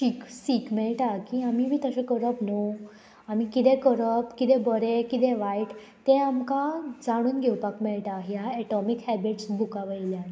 C सीख मेळटा की आमी बी तशें करप न्हू आमी किदें करप कितें बरें किदें वायट तें आमकां जाणून घेवपाक मेळटा ह्या एटॉमीक हॅबिट्स बुकां वयल्यान